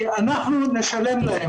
כי אנחנו נשלם להם.